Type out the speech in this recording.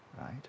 Right